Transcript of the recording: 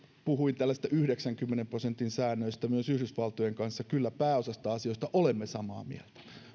puhuin tällaisista yhdeksänkymmenen prosentin säännöistä myös yhdysvaltojen kanssa kyllä pääosasta asioista olemme samaa mieltä